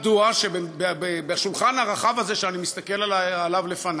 מדוע שבשולחן הרחב הזה שאני מסתכל עליו לפני